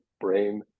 brain